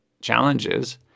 challenges